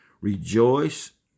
Rejoice